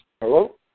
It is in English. Hello